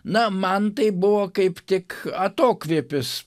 na man tai buvo kaip tik atokvėpis